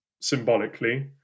symbolically